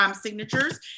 signatures